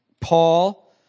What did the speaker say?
Paul